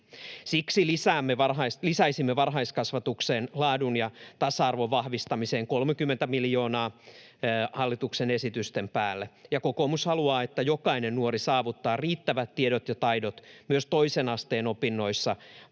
Siksi lisäisimme varhaiskasvatuksen laadun ja tasa-arvon vahvistamiseen 30 miljoonaa hallituksen esitysten päälle. Kokoomus haluaa, että jokainen nuori saavuttaa riittävät tiedot ja taidot myös toisen asteen opinnoissa.